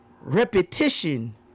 repetition